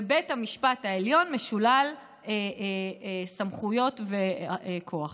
ובית המשפט העליון משולל סמכויות וכוח.